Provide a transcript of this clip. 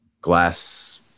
glass